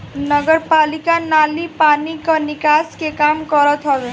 नगरपालिका नाली पानी कअ निकास के काम करत हवे